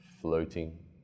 floating